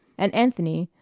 and anthony,